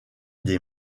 des